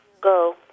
go